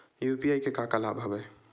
UPI के का का लाभ हवय?